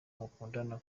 mukundana